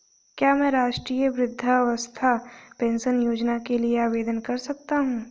क्या मैं राष्ट्रीय वृद्धावस्था पेंशन योजना के लिए आवेदन कर सकता हूँ?